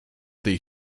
tej